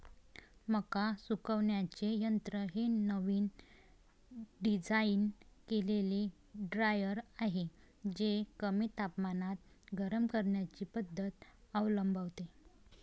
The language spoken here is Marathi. मका सुकवण्याचे यंत्र हे नवीन डिझाइन केलेले ड्रायर आहे जे कमी तापमानात गरम करण्याची पद्धत अवलंबते